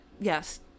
yes